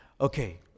Okay